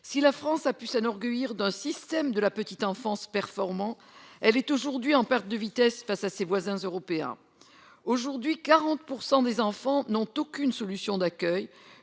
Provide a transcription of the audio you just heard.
Si notre pays a pu s'enorgueillir d'un système de la petite enfance performant, il est désormais en perte de vitesse face à ses voisins européens : aujourd'hui, 40 % des enfants n'ont aucune solution d'accueil.